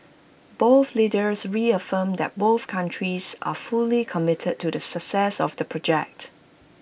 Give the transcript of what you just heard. both leaders reaffirmed that both countries are fully committed to the success of the project